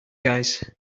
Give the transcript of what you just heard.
guys